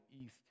east